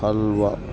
halwa